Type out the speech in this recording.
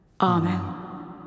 Amen